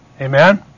Amen